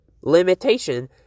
limitation